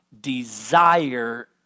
desire